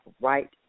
right